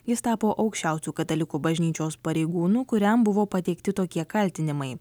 jis tapo aukščiausiu katalikų bažnyčios pareigūnu kuriam buvo pateikti tokie kaltinimai